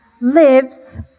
lives